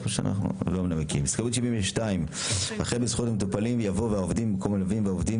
הסתייגות מספר 89 עד 92. מי בעד